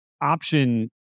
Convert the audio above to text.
option